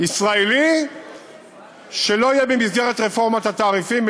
ישראלי שלא יהיה ברפורמת התעריפים,